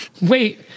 Wait